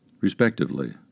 respectively